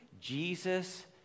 Jesus